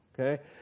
Okay